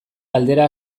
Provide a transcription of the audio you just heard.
galdera